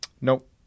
Nope